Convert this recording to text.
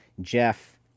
Jeff